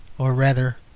or rather,